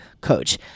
coach